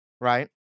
right